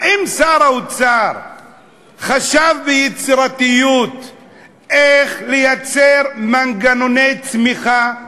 האם שר האוצר חשב ביצירתיות איך לייצר מנגנוני צמיחה?